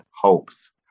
hopes